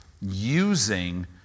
using